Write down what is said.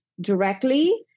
directly